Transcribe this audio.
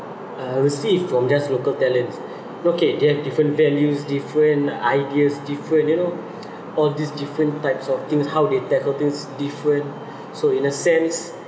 uh received from just local talents okay they have different values different ideas different you know all of these different types of things how they tackle things different so in a sense